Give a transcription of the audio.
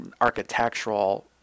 architectural